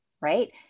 right